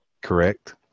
Correct